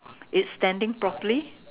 it's standing properly